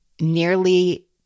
nearly